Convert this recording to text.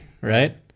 right